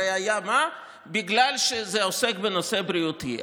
הרי היה בגלל שזה עוסק בנושא בריאותי.